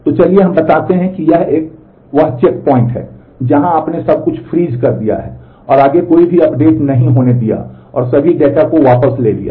तो चलिए हम बताते हैं कि यह वह चेकपॉइंट है जहाँ आपने सब कुछ फ्रीज कर दिया है और आगे कोई भी अपडेट नहीं होने दिया और सभी डेटा को वापस ले लिया